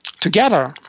together